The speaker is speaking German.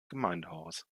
gemeindehaus